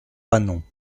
panon